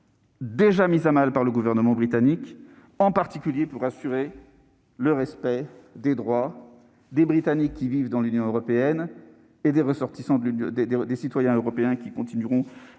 déjà mis à mal par le gouvernement britannique, en particulier pour assurer le respect des droits des Britanniques qui vivent dans l'Union européenne et des ressortissants de l'Union européenne qui continueront à vivre au